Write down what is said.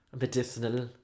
Medicinal